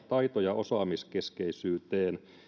taito ja osaamiskeskeisyyteen